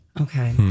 Okay